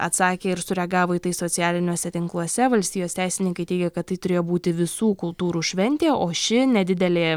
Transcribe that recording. atsakė ir sureagavo į tai socialiniuose tinkluose valstijos teisininkai teigia kad tai turėjo būti visų kultūrų šventė o ši nedidelė